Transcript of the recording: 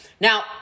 Now